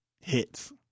Hits